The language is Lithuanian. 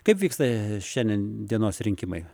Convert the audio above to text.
kaip vyksta šiandien dienos rinkimai